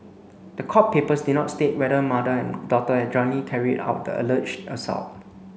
the court papers did not state whether mother and daughter had jointly carried out the alleged assault